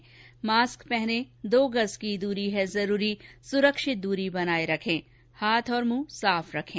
mask पहनें दो गज़ की दूरी है जरूरी सुरक्षित दूरी बनाए रखें हाथ और मुंह साफ रखें